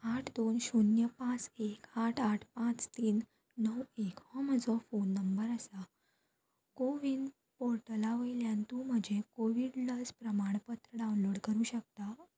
आठ दोन शुन्य पांच एक आठ आठ पांच तीन णव एक हो म्हजो फोन नंबर आसा कोविन पोर्टला वयल्यान तूं म्हजें कोविड लस प्रमाणपत्र डावनलोड करूं शकता